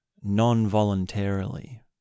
non-voluntarily